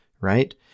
right